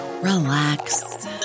relax